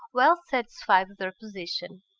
well satisfied with her position.